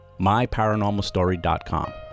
myparanormalstory.com